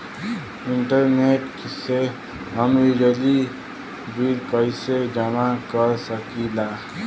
Internet से हम बिजली बिल कइसे जमा कर सकी ला?